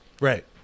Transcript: Right